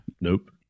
Nope